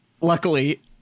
Luckily